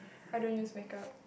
I don't use makeup